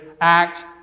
act